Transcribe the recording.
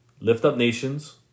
liftupnations